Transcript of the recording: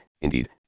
indeed